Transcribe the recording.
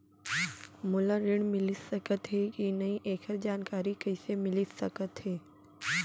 मोला ऋण मिलिस सकत हे कि नई एखर जानकारी कइसे मिलिस सकत हे?